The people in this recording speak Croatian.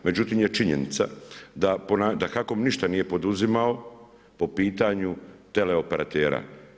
Međutim je činjenica da HAKOM ništa nije poduzimao po pitanju teleoperatera.